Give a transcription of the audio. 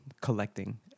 collecting